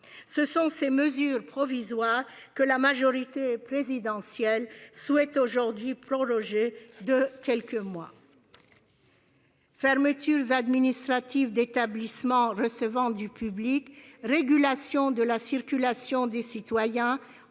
Ce sont ces mesures provisoires que la majorité présidentielle souhaite aujourd'hui proroger de quelques mois : fermeture administrative d'établissements recevant du public, régulation de la circulation des citoyens,